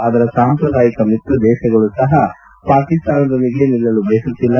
ಅದರ ಸಾಂಪ್ರದಾಯಿಕ ಮಿತ್ರ ದೇಶಗಳೂ ಸಹ ಪಾಕಿಸ್ತಾನದೊಂದಿಗೆ ನಿಲ್ಲಲು ಬಯಸುತ್ತಿಲ್ಲ